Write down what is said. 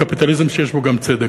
וקפיטליזם שיש בו גם צדק.